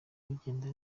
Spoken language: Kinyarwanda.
bigenda